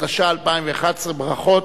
התשע"א 2011. ברכות.